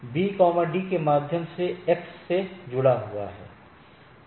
B D के माध्यम से X से जुड़ा है